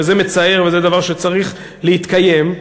וזה מצער וזה דבר שצריך להתקיים,